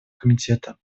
комитета